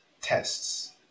tests